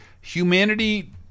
Humanity